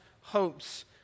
hopes